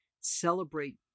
celebrate